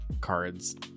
cards